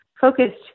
focused